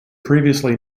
previously